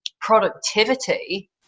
productivity